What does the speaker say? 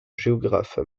géographe